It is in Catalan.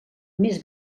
més